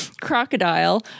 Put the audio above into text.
Crocodile